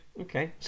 Okay